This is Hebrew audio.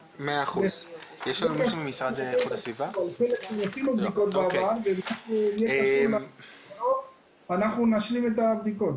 עשינו בדיקות בעבר --- אנחנו נשלים את הבדיקות.